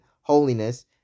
holiness